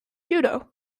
judo